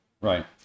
right